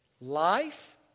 Life